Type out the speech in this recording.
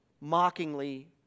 mockingly